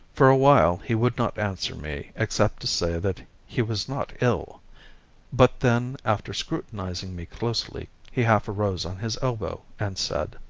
for a while he would not answer me except to say that he was not ill but then, after scrutinising me closely, he half arose on his elbow and said